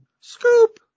scoop